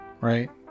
right